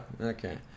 Okay